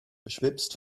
beschwipst